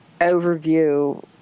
overview